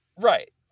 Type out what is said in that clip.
Right